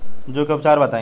जूं के उपचार बताई?